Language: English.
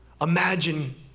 Imagine